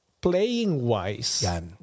playing-wise